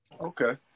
Okay